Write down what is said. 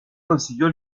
consiguió